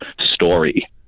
story